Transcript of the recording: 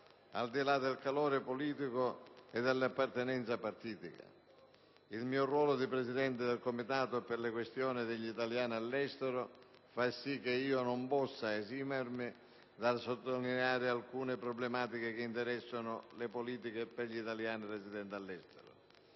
al di là del colore politico e dell'appartenenza partitica. Il mio ruolo di presidente del Comitato per le questioni degli italiani all'estero fa sì che io non possa esimermi dal sottolineare alcune problematiche che interessano le politiche per gli italiani residenti all'estero.